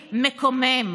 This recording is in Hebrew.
מקומם,